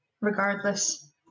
regardless